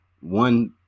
one